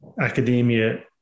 academia